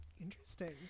Interesting